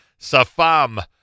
safam